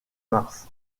mars